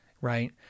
Right